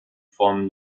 vom